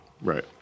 Right